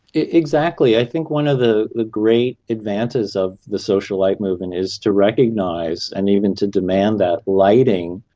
exactly, i think one of the the great advantages of the social light movement is to recognise and even to demand that lighting.